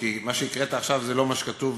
מה שהקראת עכשיו זה לא מה שכתוב